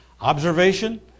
observation